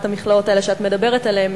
להקמת המכלאות האלה שאת מדברת עליהן?